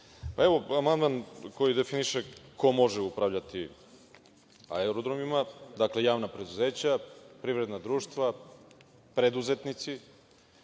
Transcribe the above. Amandman definiše ko može upravljati aerodromima. Dakle, javna preduzeća, privredna društva, preduzetnici.